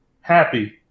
happy